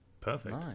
Perfect